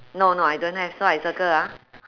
no no I don't have so I circle ah